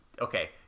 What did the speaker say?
Okay